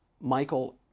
Michael